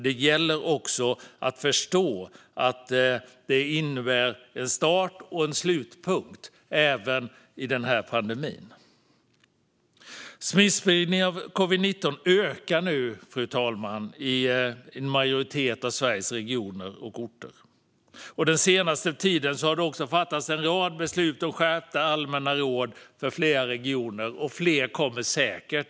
Det gäller att förstå att det innebär en start och en slutpunkt även i den här pandemin. Fru talman! Smittspridning av covid-19 ökar nu i en majoritet av Sveriges regioner och orter. Den senaste tiden har det också fattats en rad beslut om skärpta allmänna råd för flera regioner, och fler kommer säkert.